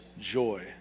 joy